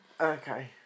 Okay